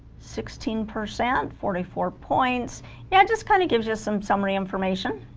sixteen percent forty four points yeah it just kind of gives you some summary information